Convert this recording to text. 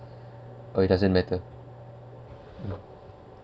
or it doesn't matter